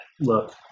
look